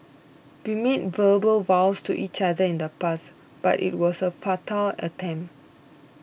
we made verbal vows to each other in the past but it was a futile attempt